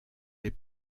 les